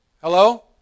hello